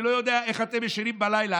אני לא יודע איך אתם ישנים בלילה.